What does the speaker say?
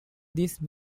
these